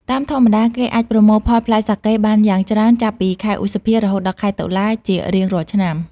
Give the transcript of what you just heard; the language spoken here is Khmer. តាមធម្មតា គេអាចប្រមូលផលផ្លែសាកេបានយ៉ាងច្រើនចាប់ពីខែឧសភា រហូតដល់ខែតុលាជារៀងរាល់ឆ្នាំ។